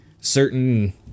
certain